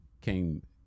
came